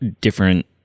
different